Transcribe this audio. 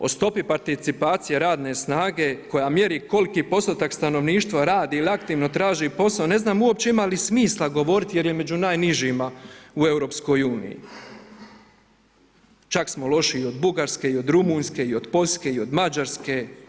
O stopi participacije radne snage koja mjeri koliki postotak stanovništva radi ili aktivno traći posao, ne znam uopće ima li smisla govoriti jer je među najnižima u EU-u. čak smo lošiji od Bugarske i od Rumunjske i od Poljske i od Mađarske.